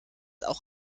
auch